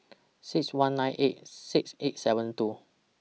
six one nine eight six eight seven two